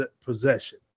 possession